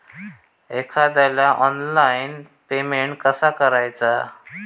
एखाद्याला online payment कसा करायचा?